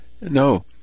no